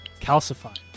Calcified